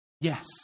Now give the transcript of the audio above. Yes